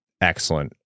excellent